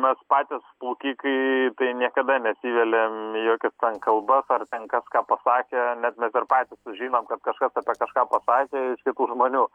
mes patys plaukikai tai niekada nesiveliam į jokias ten kalbas ar ten kas ką pasakė net mes ir patys sužinom kad kažkas apie kažką pasakė iš kitų žmonių